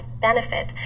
benefit